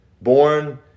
born